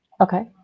Okay